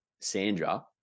Sandra